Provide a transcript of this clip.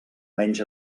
menys